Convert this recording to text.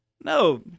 No